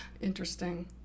Interesting